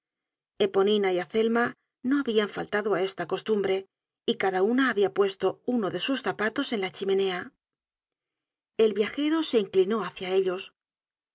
eponina y azelma no habian faltado á esta costumbre y cada una habia puesto uno de sus zapatos en la chimenea el viajero se inclinó hácia ellos